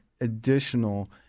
additional